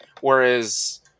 Whereas